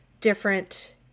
Different